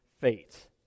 fate